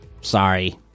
Sorry